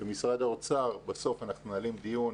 בסוף אנחנו מנהלים דיון